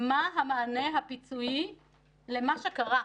מה המענה הפיצויי למה שקרה,